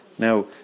Now